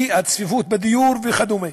הצפיפות בדיור וכדומה.